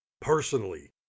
personally